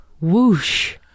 whoosh